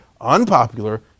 unpopular